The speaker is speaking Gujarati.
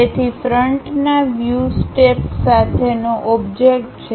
તેથી ફ્રન્ટના વ્યૂ સ્ટેપસ સાથેનો ઓબ્જેક્ટ છે